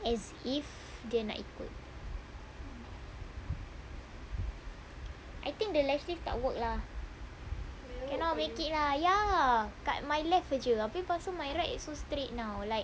as if dia nak ikut I think the lash lift tak work lah cannot make it lah ya kat my left jer abeh lepas tu my right like so straight now like